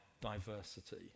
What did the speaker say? diversity